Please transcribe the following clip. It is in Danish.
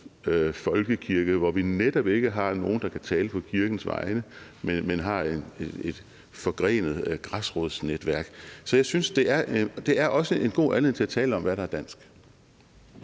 græsrodsfolkekirke, hvor vi netop ikke har nogen, der kan tale på kirkens vegne, men har et forgrenet græsrodsnetværk. Så jeg synes, det også er en god anledning til at tale om, hvad der er dansk.